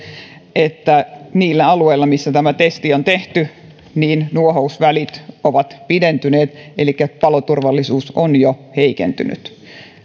että niillä alueilla missä tämä testi on tehty nuohousvälit ovat pidentyneet elikkä paloturvallisuus on jo heikentynyt